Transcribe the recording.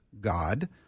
God